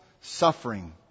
suffering